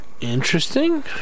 Interesting